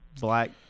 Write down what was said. black